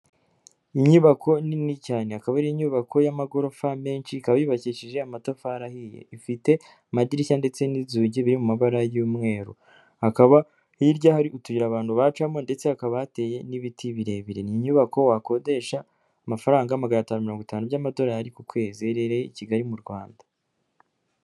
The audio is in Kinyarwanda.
Inyubako nini cyane, akaba ari inyubako y'amagorofa menshi, ikaba yubakishije amatafari ahiye, ifite amadirishya ndetse n'inzugi biri mu mabara y'umweru, hakaba hirya hari utuyira abantu bacamo ndetse hakaba hateye n'ibiti birebire. Ni inyubako wakodesha amafaranga magana atanu mirongo itanu by'amadolari ku kwezi. Iherereye i Kigali mu Rwanda.